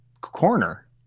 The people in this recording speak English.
corner